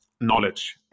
knowledge